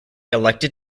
elected